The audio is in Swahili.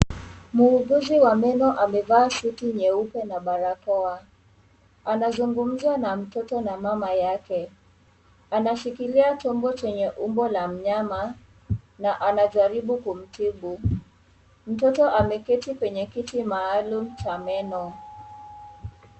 Mhuguzi wa meno amevaa suti nyeupe na barakoa. Anazungumza na mtoto na mama yake. Anashikilia chombo chenye umbo la mnyama na anajaribu kumtibu. Mtoto ameketi kwenye kiti maalum cha meno.